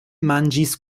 manĝis